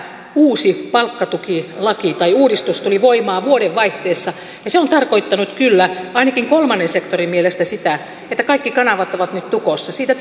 palkkatukilain uudistus tuli voimaan vuodenvaihteessa ja se on tarkoittanut kyllä ainakin kolmannen sektorin mielestä sitä että kaikki kanavat ovat nyt tukossa siitä